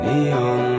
Neon